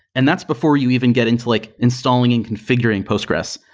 and that's before you even get into like installing and configuring postgres.